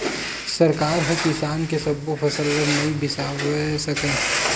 सरकार ह किसान के सब्बो फसल ल नइ बिसावय सकय